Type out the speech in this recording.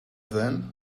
then